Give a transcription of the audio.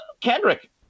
Kendrick